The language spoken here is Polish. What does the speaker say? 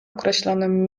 określonym